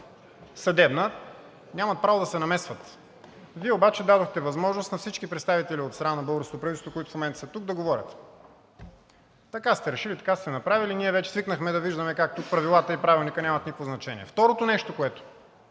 съдебна, нямат право да се намесват. Вие обаче дадохте възможност на всички представители от страна на българското правителство, които в момента са тук, да говорят. Така сте решили, така сте направили – ние вече свикнахме да виждаме как правилата и Правилникът нямат никакво значение. Защото по същата